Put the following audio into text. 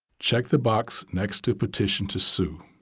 check the box next to petition to sue.